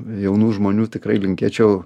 jaunų žmonių tikrai linkėčiau